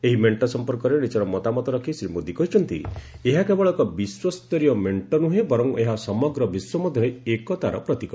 ଏହି ମେଣ୍ଟ ସଫପର୍କରେ ନିଜର ମତାମତ ରଖି ଶ୍ରୀ ମୋଦୀ କହିଛନ୍ତି ଏହା କେବଳ ଏକ ବିଶ୍ୱସ୍ତରୀୟ ମେଣ୍ଟ ନୁହେଁ ବର୍ଚ ଏହା ସମଗ୍ର ବିଶ୍ୱ ମଧ୍ୟରେ ଏକତାର ପ୍ରତୀକ